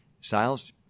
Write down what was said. sales